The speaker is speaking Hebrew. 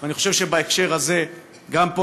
ואני חושב שבהקשר הזה גם פה,